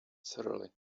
thoroughly